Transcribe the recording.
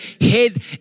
head